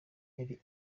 yari